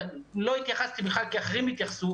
לא התייחסתי בכלל כי אחרים התייחסו,